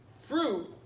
fruit